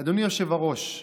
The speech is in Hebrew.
אדוני היושב-ראש,